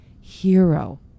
hero